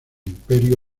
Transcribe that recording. imperio